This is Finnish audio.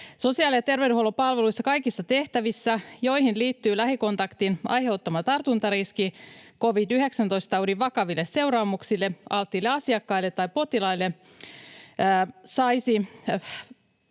Sosiaali‑ ja terveydenhuollon palveluissa kaikissa tehtävissä, joihin liittyy lähikontaktin aiheuttama tartuntariski covid-19-taudin vakaville seuraamuksille alttiille asiakkaille tai potilaille, saisi